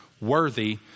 worthy